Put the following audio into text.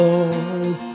Lord